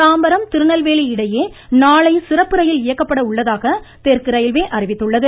தாம்பரம் திருநெல்வேலி இடையே நாளை சிறப்பு ரயில் இயக்கபட உள்ளதாக தெற்கு ரயில்வே அறிவித்துள்ளது